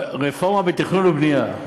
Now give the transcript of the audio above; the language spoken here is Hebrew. הרפורמה בתכנון ובנייה,